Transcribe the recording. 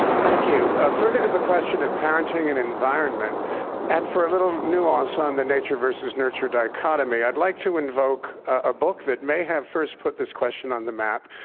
thank you. further to the question of parenting and environment and for a little nuance on the nature versus nurture dichotomy, i'd like to invoke a book that may have first put this question on the map,